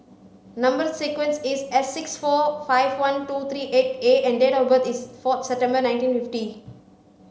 number sequence is S six four five one two three eight A and date of birth is four September nineteen fifty